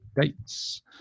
dates